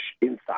inside